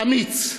אמיץ,